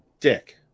dick